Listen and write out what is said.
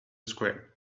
square